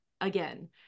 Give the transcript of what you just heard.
again